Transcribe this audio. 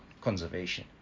conservation